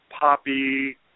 poppy